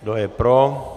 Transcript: Kdo je pro?